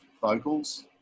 vocals